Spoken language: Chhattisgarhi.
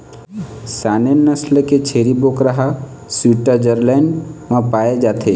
सानेन नसल के छेरी बोकरा ह स्वीटजरलैंड म पाए जाथे